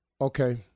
Okay